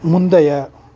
முந்தைய